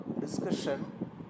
discussion